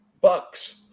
bucks